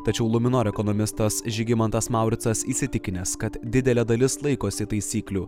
tačiau luminor ekonomistas žygimantas mauricas įsitikinęs kad didelė dalis laikosi taisyklių